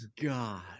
god